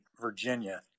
Virginia